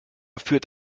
führt